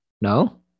No